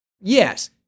Yes